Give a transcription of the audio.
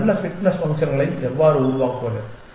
ஒரு நல்ல ஃபிட்னஸ் ஃபங்ஷன்களை எவ்வாறு உருவாக்குவது